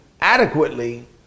adequately